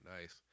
nice